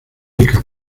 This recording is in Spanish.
rica